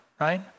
right